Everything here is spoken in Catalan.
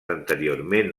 anteriorment